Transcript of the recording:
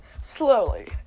slowly